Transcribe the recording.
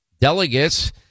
delegates